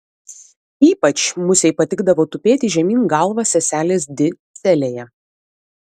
ypač musei patikdavo tupėti žemyn galva seselės di celėje